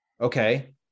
Okay